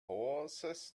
horses